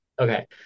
okay